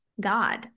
God